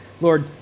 Lord